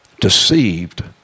deceived